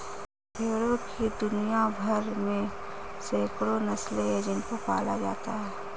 भेड़ों की दुनिया भर में सैकड़ों नस्लें हैं जिनको पाला जाता है